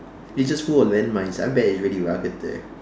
it's just full of land mines I bet it's really rugged there